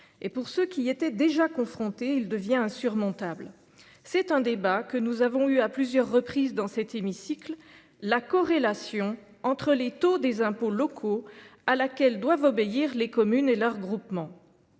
Et pour ceux qui y étaient déjà confrontés, le sujet devient insurmontable. Nous avons eu à plusieurs reprises dans cet hémicycle le débat sur la corrélation entre les taux des impôts locaux, à laquelle doivent obéir les communes et leurs groupements.